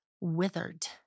withered